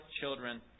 children